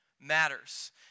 matters